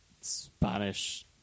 Spanish